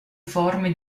forme